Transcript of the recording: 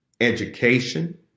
education